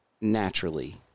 naturally